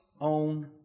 own